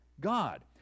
God